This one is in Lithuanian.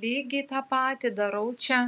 lygiai tą patį darau čia